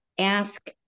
Ask